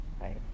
right